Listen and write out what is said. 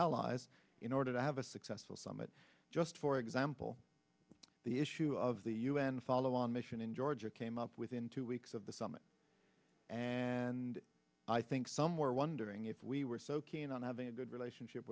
allies in order to have a successful summit just for example the issue of the un follow on mission in georgia came up within two weeks of the summit and i think some were wondering if we were so keen on having a good relationship